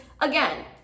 again